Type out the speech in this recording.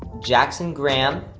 jackson graham,